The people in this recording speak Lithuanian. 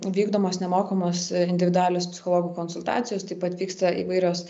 vykdomos nemokamos individualios psichologų konsultacijos taip pat vyksta įvairios